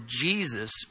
Jesus